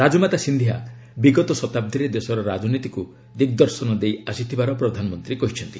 ରାଜମାତା ସିନ୍ଧିଆ ବିଗତ ଶତାବ୍ଦୀରେ ଦେଶର ରାଜନୀତିକୁ ଦିଗ୍ଦର୍ଶନ ଦେଇଆସିଥିବାର ପ୍ରଧାନମନ୍ତ୍ରୀ କହିଛନ୍ତି